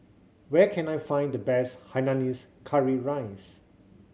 where can I find the best hainanese curry rice